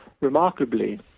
Remarkably